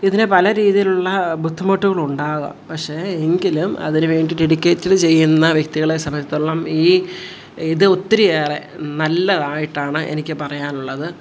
ഇതിന് പലരീതിയിലുള്ള ബുദ്ധിമുട്ടുകളുണ്ടാവാം പക്ഷേ എങ്കിലും അതിനുവേണ്ടി ഡെഡിക്കേറ്റ്ഡ് ചെയ്യുന്ന വ്യക്തികളെ സംബന്ധിച്ചെടുത്തോളം ഈ ഇത് ഒത്തിരിയേറെ നല്ലതായിട്ടാണ് എനിക്ക് പറയാനുള്ളത്